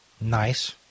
Nice